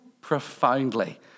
profoundly